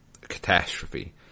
catastrophe